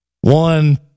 one